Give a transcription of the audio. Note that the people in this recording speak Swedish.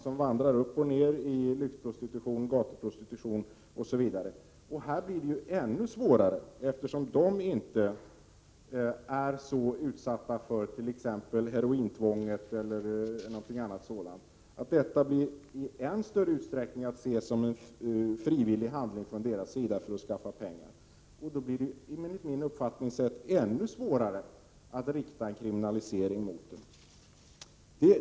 De vandrar upp och ned mellan lyxprostitution och gatuprostitution. Här blir det ännu svårare, eftersom de inte är så utsatta för t.ex. herointvånget eller något annat tvång. Prostitution kan i än större utsträckning ses som en frivillig handling från deras sida för att skaffa pengar. Då blir det enligt min uppfattning ännu svårare att rikta en kriminalisering mot dem.